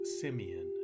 Simeon